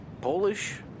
Polish